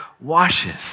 washes